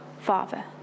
father